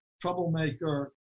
troublemaker